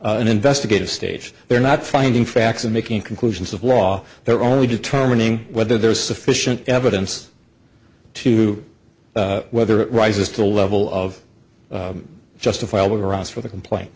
an investigative stage they're not finding facts and making conclusions of law they're only determining whether there is sufficient evidence to whether it rises to the level of justifiable grounds for the complaint